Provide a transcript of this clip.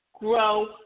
Grow